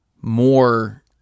more